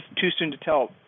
too-soon-to-tell